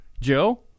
Joe